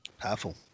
Powerful